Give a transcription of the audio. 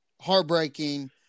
heartbreaking